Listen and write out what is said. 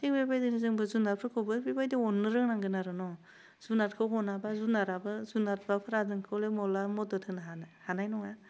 थिग बेबायदिनो जोंबो जुनादफोरखौबो बेबायदि अन्नो रोंनांगोन आरो न' जुनादखौ अनाबा जुनाराबो जुनादफोरा नोंखौलाय मला मदद होनो हानो हानाय नङा